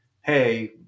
hey